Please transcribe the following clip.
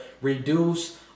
reduce